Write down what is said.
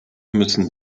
müssen